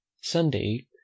sunday